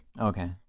Okay